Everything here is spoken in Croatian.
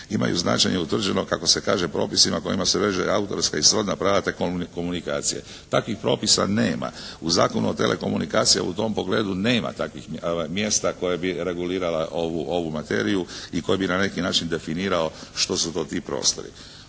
imaju značenje utvrđeno kako se kaže propisima kojima se veže autorska i srodna prava te komunikacije. Takvih propisa nema. U Zakonu o telekomunikacijama u tom pogledu nema takvih mjesta koje bi regulirale ovu materiju i koje bi na neki način definirao što su to ti prostori.